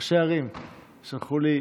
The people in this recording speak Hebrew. ראשי ערים שלחו לי: